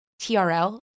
TRL